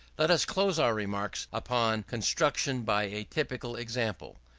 let us close our remarks upon construction by a typical example.